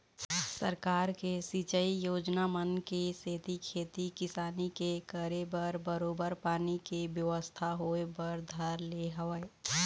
सरकार के सिंचई योजना मन के सेती खेती किसानी के करे बर बरोबर पानी के बेवस्था होय बर धर ले हवय